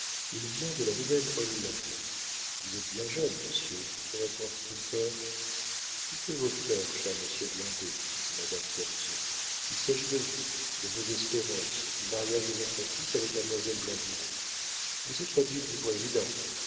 il vient de la nouvelle-hollande vous êtes bien jeune monsieur pour être horticulteur quittez vos fleurs cher monsieur blondet dit madame camusot il s'agit de vous de vos espérances du mariage de votre fils avec mademoiselle blandureau vous êtes la dupe du président